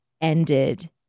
ended